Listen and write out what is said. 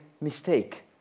mistake